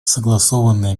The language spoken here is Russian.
согласованные